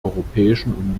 europäischen